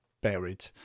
buried